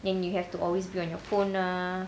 then you have to always be on your phone ah